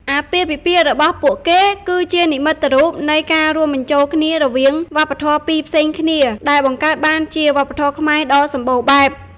អាពាហ៍ពិពាហ៍របស់ពួកគេ គឺជានិមិត្តរូបនៃការរួមបញ្ចូលគ្នារវាងវប្បធម៌ពីរផ្សេងគ្នា ដែលបង្កើតបានជាវប្បធម៌ខ្មែរដ៏សម្បូរបែប។